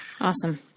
Awesome